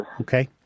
Okay